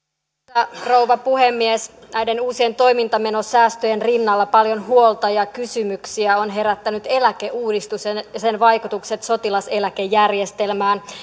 arvoisa rouva puhemies näiden uusien toimintamenosäästöjen rinnalla paljon huolta ja kysymyksiä ovat herättäneet eläkeuudistus ja sen vaikutukset sotilaseläkejärjestelmään